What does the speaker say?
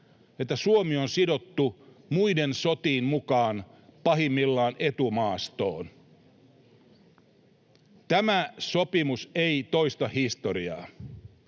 että Suomi on sidottu muiden sotiin mukaan, pahimmillaan etumaastoon. Tämä sopimus ei toista historiaa.